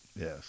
Yes